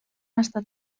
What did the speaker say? estat